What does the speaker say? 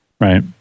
right